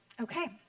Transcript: Okay